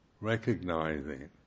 recognizing